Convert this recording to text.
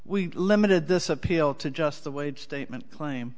we limited this appeal to just the wage statement claim